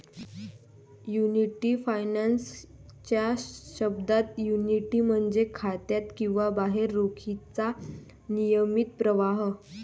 annuity finance च्या शब्दात, annuity म्हणजे खात्यात किंवा बाहेर रोखीचा नियमित प्रवाह